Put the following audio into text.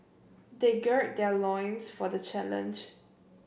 they gird their loins for the challenge